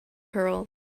pearl